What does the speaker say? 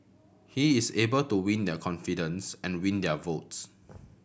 he is able to win their confidence and win their votes